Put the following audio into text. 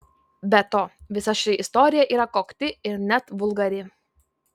be to visa ši istorija yra kokti ir net vulgari